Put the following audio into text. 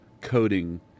coding